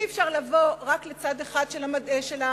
אי-אפשר לבוא רק לצד אחד של החבל,